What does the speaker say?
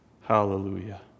Hallelujah